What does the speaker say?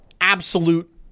absolute